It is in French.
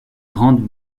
grandes